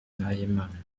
nahimana